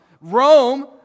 Rome